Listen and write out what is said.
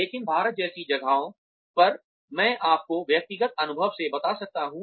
लेकिन भारत जैसी जगहों पर मैं आपको व्यक्तिगत अनुभव से बता सकता हूँ